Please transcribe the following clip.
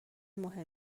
مهم